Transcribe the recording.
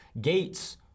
Gates